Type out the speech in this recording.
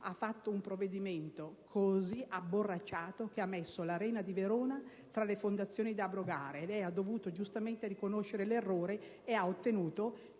in essere un provvedimento così abborracciato che ha messo l'Arena di Verona tra le fondazioni da abrogare. Lei ha dovuto riconoscere l'errore ottenendo